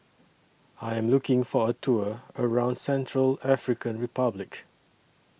I Am looking For A Tour around Central African Republic